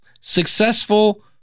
successful